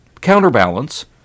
counterbalance